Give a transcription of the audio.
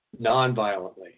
nonviolently